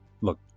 look